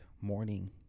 Morning